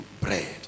bread